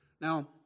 Now